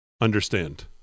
understand